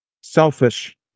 selfish